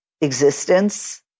existence